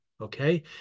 Okay